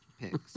picks